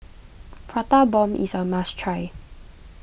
Prata Bomb is a must try